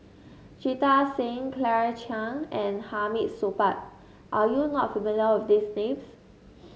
Jita Singh Claire Chiang and Hamid Supaat are you not familiar with these names